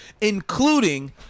including